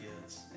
kids